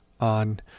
on